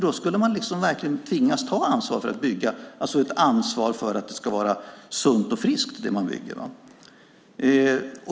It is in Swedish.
Då skulle man verkligen tvingas ta ansvar för att det som man bygger är sunt och friskt.